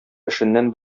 эшеннән